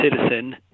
citizen